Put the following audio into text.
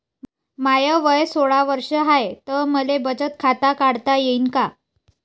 माय वय सोळा वर्ष हाय त मले बचत खात काढता येईन का?